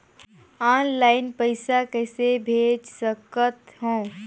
Online पइसा कइसे भेज सकत हो?